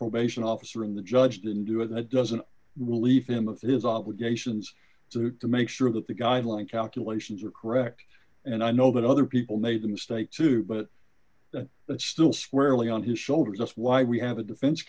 probation officer in the judge didn't do it and it doesn't relieve him of his obligations to to make sure that the guideline calculations are correct and i know that other people made a mistake too but that still squarely on his shoulders that's why we have a defense